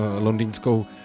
londýnskou